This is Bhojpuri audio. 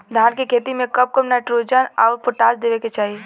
धान के खेती मे कब कब नाइट्रोजन अउर पोटाश देवे के चाही?